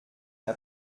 n’a